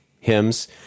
hymns